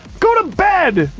go to bed.